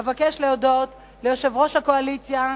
אבקש להודות ליושב-ראש הקואליציה,